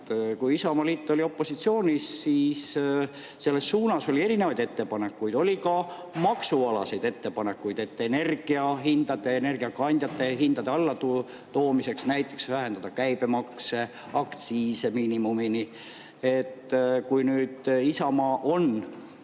Kui Isamaaliit oli opositsioonis, siis selles suunas oli erinevaid ettepanekuid. Oli ka maksualaseid ettepanekuid, et energiahindade, energiakandjate hindade allatoomiseks vähendada käibemakse ja aktsiise miinimumini. Kui nüüd Isamaa on